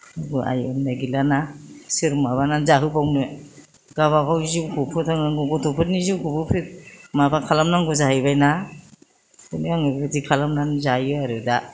रावबो आइ अन्नाय गैलाना सोर माबानानै जाहोबावनो गावबा गाव जिउखौ फोथांनांगौ गथ'फोरनि जिउखौबो माबा खालामनांगौ जाहैबाय ना बेखायनो आङो बेबायदि खालामनानै जायो आरो दा